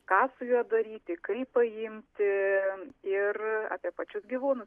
ką su juo daryti kaip paimti ir apie pačius gyvūnus